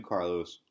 Carlos